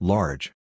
Large